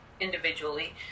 individually